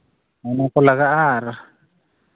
ᱚᱱᱟᱠᱚ ᱞᱟᱜᱟᱜᱼᱟ ᱟᱨ